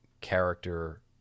character